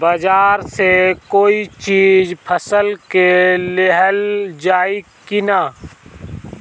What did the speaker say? बाजार से कोई चीज फसल के लिहल जाई किना?